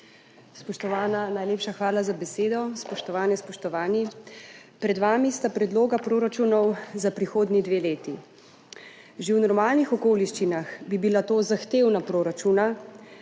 Spoštovana, najlepša hvala za besedo. Spoštovane, spoštovani! Pred vami sta predloga proračunov za prihodnji dve leti. Že v normalnih okoliščinah bi bila to zahtevna proračuna,